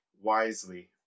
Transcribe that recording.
wisely